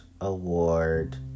award